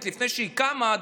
לפני שהיא קמה,